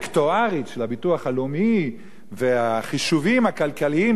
אז הבעיה האקטוארית של הביטוח הלאומי והחישובים הכלכליים